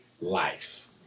life